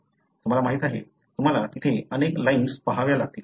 तुम्हाला माहिती आहे तुम्हाला तेथे अनेक लाईन्स पहाव्या लागतील